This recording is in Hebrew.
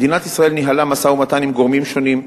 מדינת ישראל ניהלה משא-ומתן עם גורמים שונים,